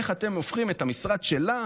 איך אתם הופכים את המשרד שלה